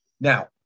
Now